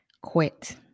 quit